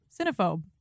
Cinephobe